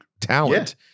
talent